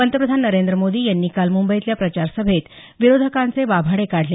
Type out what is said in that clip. पंतप्रधान नरेंद्र मोदी यांनी काल मुंबईतल्या प्रचारसभेत विरोधकाचे वाभाडे काढले